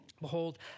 behold